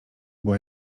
była